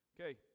Okay